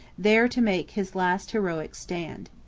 there to make his last heroic stand.